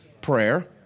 prayer